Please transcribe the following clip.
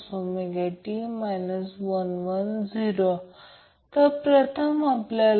तर याचा अर्थ असा आहे की जर ते Van Vbn Vcn 0 असे असेल